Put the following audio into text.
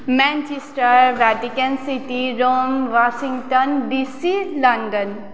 Manchester Vatican city Rome Washington DC London